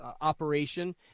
operation